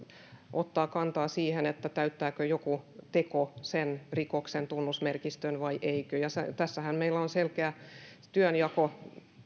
ottaa kantaa siihen täyttääkö joku teko sen rikoksen tunnusmerkistön vai eikö tässähän meillä on selkeä työnjako